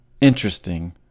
interesting